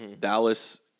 Dallas